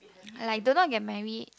like do not get marry